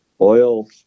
oil